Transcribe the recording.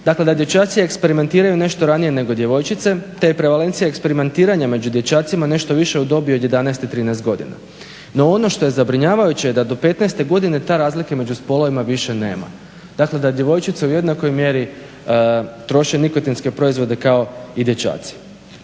dakle da dječaci eksperimentiraju nešto ranije nego djevojčice, te je prevalencija eksperimentiranja među dječacima nešto više u dobi od 11 i 13 godina. No, ono što je zabrinjavajuće je da do 15 godine te razlika među spolovima više nema. Dakle, da djevojčice u jednakoj mjeri troše nikotinske proizvode kao i dječaci,